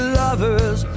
lovers